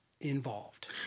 involved